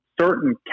certain